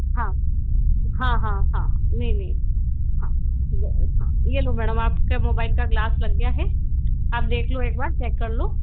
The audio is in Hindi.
हाँ हाँ हाँ हाँ नहीं नहीं हाँ हाँ ये लो मैडम आपके मोबाइल का ग्लास लग गया है आप देख लो एक बार चेक कर लो